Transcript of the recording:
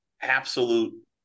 absolute